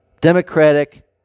democratic